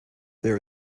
there